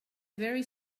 very